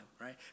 right